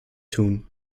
tun